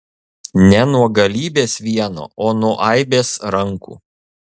ne nuo galybės vieno o nuo aibės rankų